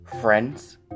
friends